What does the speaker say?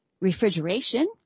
refrigeration